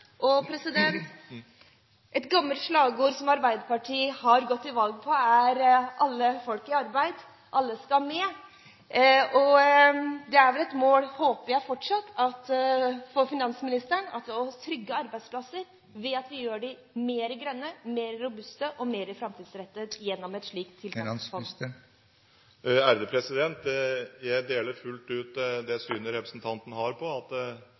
Et gammelt slagord som Arbeiderpartiet har gått til valg på, er «Alle skal med» – alle folk i arbeid. Det er vel et mål fortsatt for finansministeren, håper jeg, å trygge arbeidsplasser ved at vi gjør dem mer grønne, mer robuste og mer framtidsrettet gjennom et slikt tiltaksfond. Jeg deler fullt ut det synet representanten har – at